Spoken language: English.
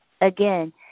Again